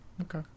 okay